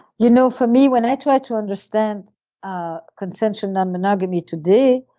you know for me when i try to understand ah consensual non-monogamy today,